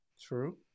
True